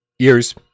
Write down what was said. ears